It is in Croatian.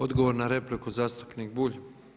Odgovor na repliku zastupnik Bulj.